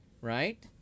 Right